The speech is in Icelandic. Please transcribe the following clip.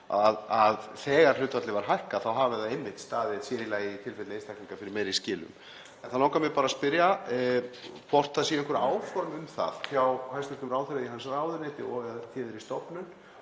að þegar hlutfallið var hækkað þá hafi það einmitt staðið, sér í lagi í tilfelli einstaklinga, fyrir meiri skilum. Þá langar mig bara að spyrja hvort það séu einhver áform um það hjá hæstv. ráðherra í hans ráðuneyti og/eða téðri stofnun